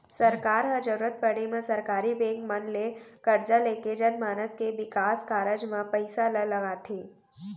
सरकार ह जरुरत पड़े म सरकारी बेंक मन ले करजा लेके जनमानस के बिकास कारज म पइसा ल लगाथे